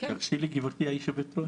תרשי לי, גברתי היושבת-ראש?